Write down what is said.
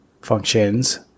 functions